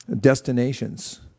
destinations